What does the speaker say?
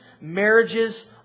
Marriages